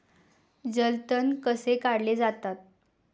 जलतण कसे काढले जातात?